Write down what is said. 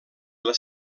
les